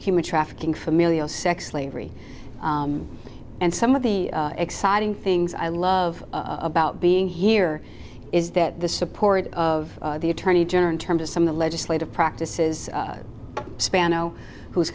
human trafficking familial sex slavery and some of the exciting things i love about being here is that the support of the attorney general terms of some of the legislative practices span oh who's